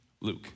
Luke